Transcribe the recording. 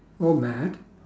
or mad